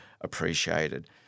appreciated